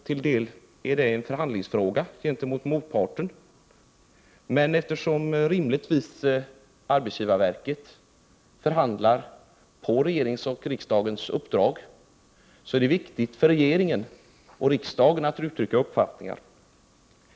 Till dels är det en förhandlingsfråga gentemot en motpart, men eftersom rimligtvis arbetsgivarverket förhandlar på regeringens och riksdagens uppdrag är det väsentligt för regering och riksdag att uttrycka uppfattningar.